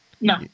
No